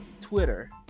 Twitter